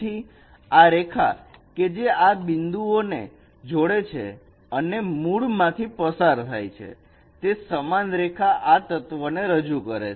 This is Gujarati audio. તેથી રેખા કે જે આ બિંદુઓને જોડે છે અને મૂળ માંથી પસાર થાય છે તે સમાન રેખા આ તત્વને રજૂ કરે છે